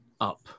up